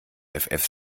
effeff